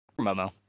Momo